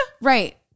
right